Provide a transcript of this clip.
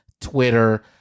Twitter